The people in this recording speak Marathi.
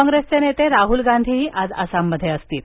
कॉंग्रेसचे नेते राहुल गांधीही आज आसाममध्ये असतील